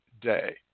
day